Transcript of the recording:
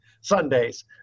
sundays